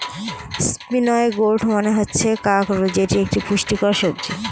spiny gourd মানে হচ্ছে কাঁকরোল যেটি একটি পুষ্টিকর সবজি